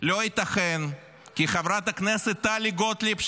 לא ייתכן כי חברת הכנסת טלי גוטליב,